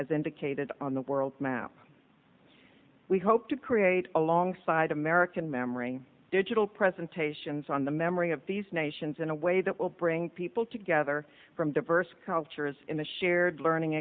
as indicated on the world map we hope to create alongside american memory digital presentations on the memory of these nations in a way that will bring people together from diverse cultures in a shared learning